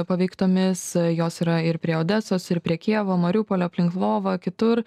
paveiktomis jos yra ir prie odesos ir pre kijevo mariupolio aplink lovą kitur